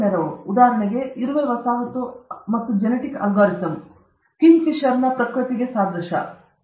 ಆದ್ದರಿಂದ ಉದಾಹರಣೆಗೆ ಇರುವೆ ವಸಾಹತು ಮತ್ತು ಜೆನೆಟಿಕ್ ಅಲ್ಗಾರಿದಮ್ ಸಾದೃಶ್ಯದ ಕಿಂಗ್ ಫಿಶರ್ ಪ್ರಕೃತಿಗೆ ಸಾದೃಶ್ಯ ವಿದ್ಯುತ್ ಸಾದೃಶ್ಯ ನಿರೋಧಕ ಜಾಲ